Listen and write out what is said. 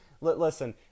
Listen